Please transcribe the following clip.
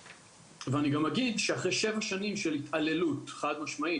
אני גם אגיד שאחרי שבע שנים של התעללות חד משמעית